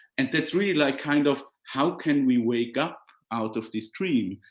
and that's really like kind of, how can we wake up out of this dream?